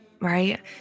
right